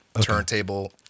Turntable